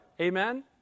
Amen